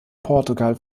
portugal